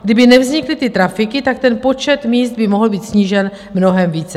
Kdyby nevznikly ty trafiky, tak ten počet míst by mohl být snížen mnohem více.